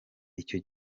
icyo